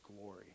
glory